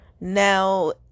Now